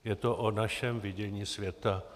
Je to o našem vidění světa.